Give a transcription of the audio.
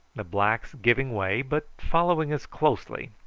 the blacks giving way, but following us closely,